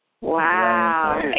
Wow